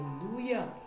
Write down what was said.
Hallelujah